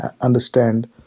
understand